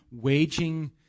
waging